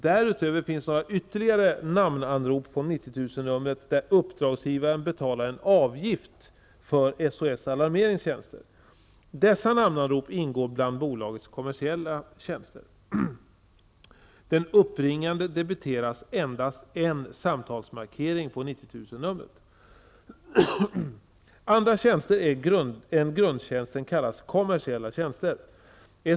Därutöver finns några ytterligare namnanrop på 90 000-numret där uppdragsgivaren betalar en avgift för SOS Alarmerings tjänster. Dessa namnanrop ingår bland bolagets kommersiella tjänster. Den uppringande debiteras endast en samtalsmarkering på 90 000-numret. Andra tjänster än grundtjänsten kallas kommersiella tjänster.